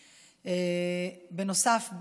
בנוסף,